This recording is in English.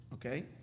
Okay